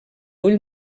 ull